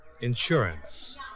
Insurance